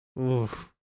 oof